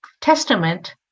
testament